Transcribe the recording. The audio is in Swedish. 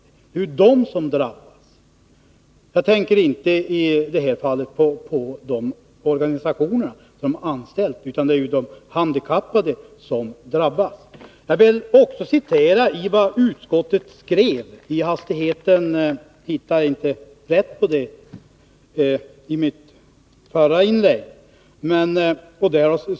Det är de handikappade som drabbas — jag tänker i detta fall inte på organisationerna, utan på de handikappade. Jag vill också citera vad utskottet skrev —i hastigheten hittade jag inte detta citat när jag gjorde mitt första inlägg.